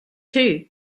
too